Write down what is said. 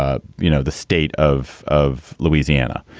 ah you know, the state of of louisiana,